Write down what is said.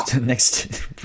next